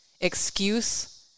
excuse